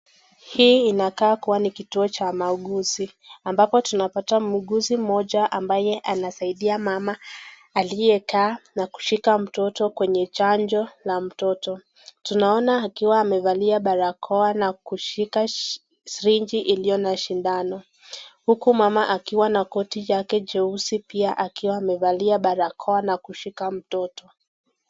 Hiki kinakaa kuwa ni kituo cha wauguzi ambapo tunapata muuguzi mmoja ambaye anasaidia mama aliyekaa na kushika mtoto kwenye chanjo la mtoto, tunaona akiwa amevalia barakoa na kushika sirinji iliyo na sindano, huku mama akiwa na koti yake jeusi pia akiwa amevalia barakoa na kushika mtoto.